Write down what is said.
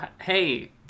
Hey